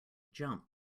jump